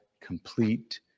complete